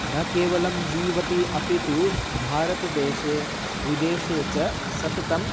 न केवलं जीवति अपि तु भारतदेशे विदेशे च सततं